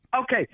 okay